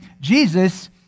Jesus